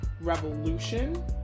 revolution